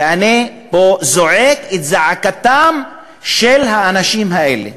ואני פה זועק את זעקתם של האנשים האלה.